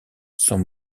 sent